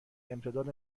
امتداد